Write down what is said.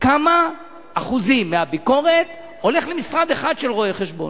כמה אחוזים מהביקורות הולך למשרד אחד של רואה-חשבון?